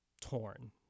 torn